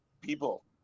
people